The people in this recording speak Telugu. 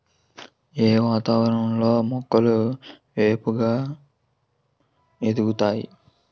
ఏ వాతావరణం లో మొక్కలు ఏపుగ ఎదుగుతాయి?